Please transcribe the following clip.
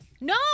No